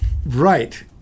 Right